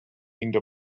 indo